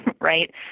right